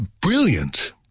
Brilliant